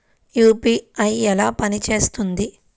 UPI ఎలా పనిచేస్తుంది?